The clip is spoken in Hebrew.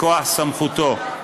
מכוח סמכותו.